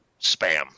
spam